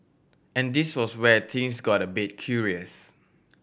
and this was where things got a bit curious